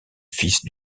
fils